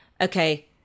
okay